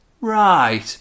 right